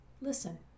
listen